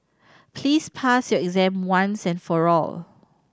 please pass your exam once and for all